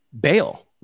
bail